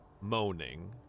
moaning